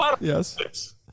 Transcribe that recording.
Yes